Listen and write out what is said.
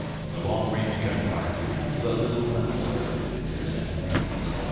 but the long-range gun-fire becomes a little uncertain if there is any breeze.